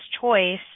choice